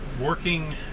working